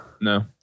No